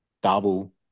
double